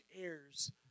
heirs